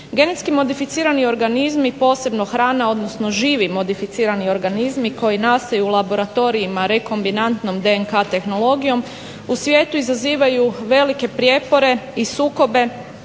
Genetski modificirani organizmi posebno hrana, odnosno živi modificirani organizmi koji nastaju u laboratorijima rekombinantnom DNK tehnologijom u svijetu izazivaju velike prijepore i sukobe